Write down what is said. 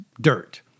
dirt